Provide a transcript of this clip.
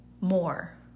more